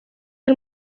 del